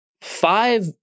five